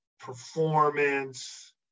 performance